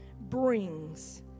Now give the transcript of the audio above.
brings